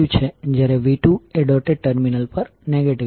આપણે ફરીથી KVL નો ઉપયોગ કરીશું 12 j4j5I1 j3I20⇒jI1 j3I212 મેળવવા માટે